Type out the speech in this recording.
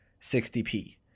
60p